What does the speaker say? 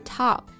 top